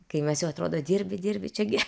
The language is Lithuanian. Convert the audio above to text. kai mes jau atrodo dirbi dirbi čia gi